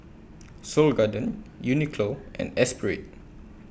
Seoul Garden Uniqlo and Espirit